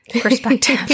perspective